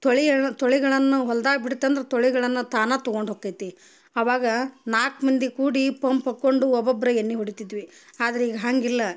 ತೊಳಿ ತೊಳಿಗಳನ್ನು ಹೊಲ್ದಾಗ ಬಿಡ್ತಂದ್ರೆ ತೊಳಿಗಳನ್ನು ತಾನು ತಗೊಂಡು ಹೋಕೈತಿ ಆವಾಗ ನಾಲ್ಕು ಮಂದಿ ಕೂಡಿ ಪಂಪ್ ಹಾಕೊಂಡು ಒಬೊಬ್ರು ಎಣ್ಣೆ ಹೊಡಿತಿದ್ವಿ ಆದರೆ ಈಗ ಹಾಗಿಲ್ಲ